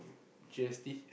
G_S_T